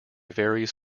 varies